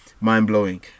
Mind-blowing